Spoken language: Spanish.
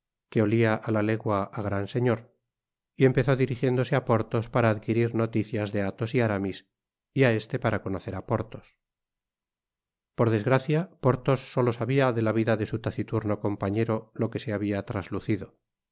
que olia á la legua á gran señor y empezó dirigiéndose á porthos para adquirir noticias de athos y aramis y a este para conocer á porthos por desgracia porthos solo sabia de la vida de su taciturno compañero lo que se habia traslucido